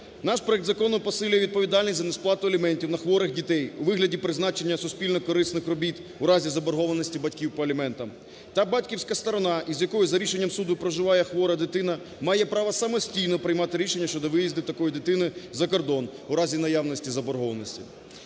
наш проект закону посилює відповідальність за несплату аліментів на хворих дітей у вигляді призначення суспільно-корисних робіт у разі заборгованості батьків по аліментів. Та батьківська сторона, з якою за рішенням суду проживає хвора дитина, має право самостійно приймати рішення щодо виїзду такої дитини за кордон, у разі наявності заборгованості.